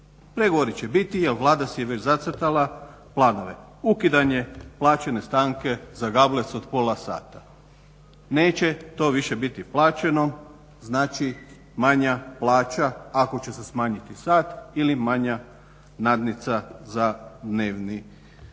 Pregovori će biti jer Vlada si je već zacrtala planove. Ukidanje plaćene stanke za gablec od pola sata, neće to više biti plaćeno znači manja plaća ako će se smanjiti sat ili manja nadnica za dnevni efekt